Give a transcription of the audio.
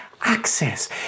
access